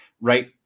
right